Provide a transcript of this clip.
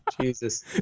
Jesus